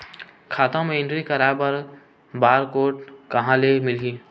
खाता म एंट्री कराय बर बार कोड कहां ले मिलही?